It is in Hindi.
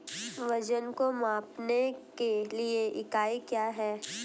वजन को मापने के लिए इकाई क्या है?